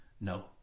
No